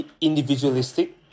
individualistic